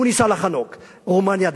הוא ניסה לחנוק, רומניה נפלה.